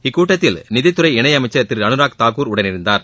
இந்தக் கூட்டத்தில் நிதித்துறை இணையமைச்சர் திரு அனுராக் தாகூர் உடனிருந்தார்